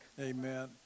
Amen